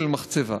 של מחצבה.